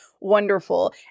wonderful